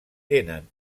tenen